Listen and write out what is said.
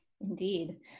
Indeed